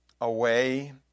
away